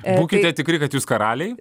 būkite tikri kad jūs karaliai